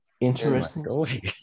Interesting